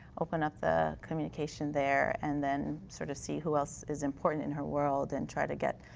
open up the communication there. and then sort of see who else is important in her world and try to get